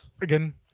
again